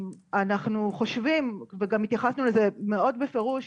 אנחנו חושבים, וגם התייחסנו לזה מאוד בפירוש